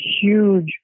huge